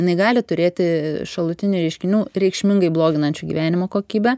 jinai gali turėti šalutinių reiškinių reikšmingai bloginančių gyvenimo kokybę